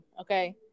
okay